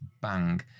Bang